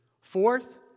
Fourth